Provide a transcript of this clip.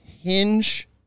hinge